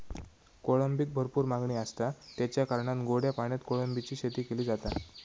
कोळंबीक भरपूर मागणी आसता, तेच्या कारणान गोड्या पाण्यात कोळंबीची शेती केली जाता